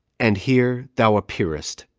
and here thou appearest,